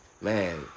man